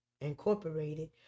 Incorporated